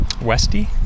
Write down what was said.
Westy